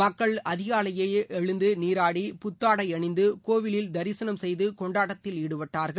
மக்கள் அதிகாலையிலேயே எழுந்து நீராடி புத்தாடை அணிந்து கோவிலில் தரிசனம் செய்து கொண்டாட்டத்தில் ஈடுபட்டார்கள்